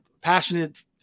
passionate